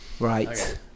right